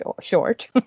short